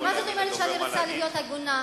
ומה זאת אומרת, שאני רוצה להיות הגונה?